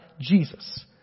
Jesus